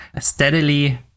steadily